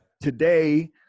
today